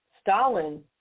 Stalin